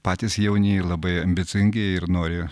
patys jauni labai ambicingi ir nori